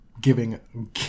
giving